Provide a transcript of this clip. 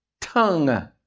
tongue